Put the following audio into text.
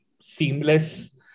seamless